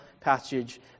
passage